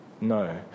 No